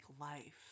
life